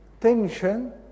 tension